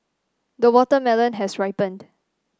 the watermelon has ripened